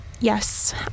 yes